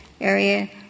area